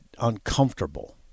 uncomfortable